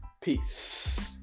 Peace